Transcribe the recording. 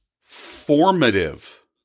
formative